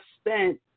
spent